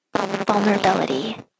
vulnerability